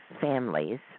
families